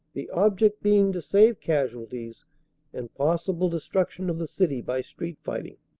the object being to save casualties and possible destruction of the city by street fighting.